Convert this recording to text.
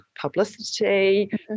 publicity